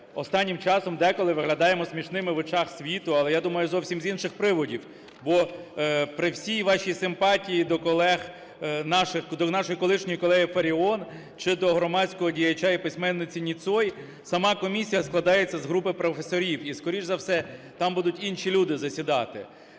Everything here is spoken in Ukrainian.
останнім часом деколи виглядаємо смішними в очах світу, але я думаю зовсім з інших приводів. Бо при всій вашій симпатії до колег наших, нашої колишньої колеги Фаріон чи до громадського діяча і письменниці Ніцой, сама комісія складається з групи професорів. І скоріше за все, там будуть інші люди засідати,